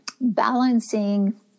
balancing